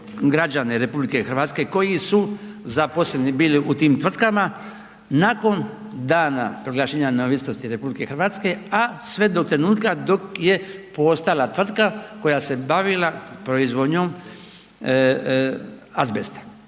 građane RH koji su zaposleni bili u tim tvrtkama nakon dana proglašenja neovisnosti RH, a sve do trenutka dok je postojala tvrtka koja se bavila proizvodnjom azbesta